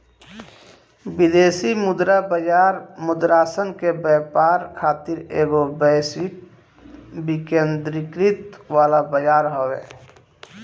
विदेशी मुद्रा बाजार मुद्रासन के व्यापार खातिर एगो वैश्विक विकेंद्रीकृत वाला बजार हवे